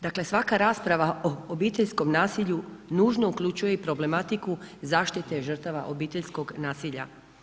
Dakle, svaka rasprava o obiteljskom nasilju nužno uključuje i problematiku zaštite žrtava obiteljskog nasilja.